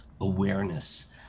awareness